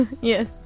Yes